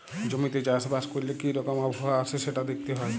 জমিতে চাষ বাস ক্যরলে কি রকম আবহাওয়া আসে সেটা দ্যাখতে হ্যয়